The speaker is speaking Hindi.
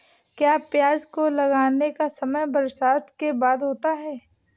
क्या प्याज को लगाने का समय बरसात के बाद होता है?